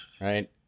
Right